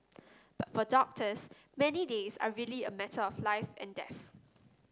but for doctors many days are really a matter of life and death